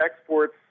exports